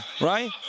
right